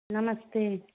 नमस्ते